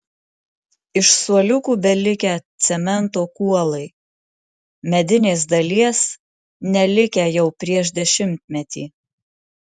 iš suoliukų belikę cemento kuolai medinės dalies nelikę jau prieš dešimtmetį